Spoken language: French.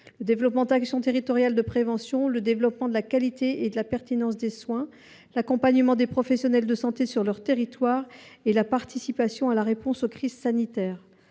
le développement d’actions territoriales de prévention, le développement de la qualité et de la pertinence des soins, l’accompagnement des professionnels de santé sur leur territoire et la participation à la réponse aux crises sanitaires.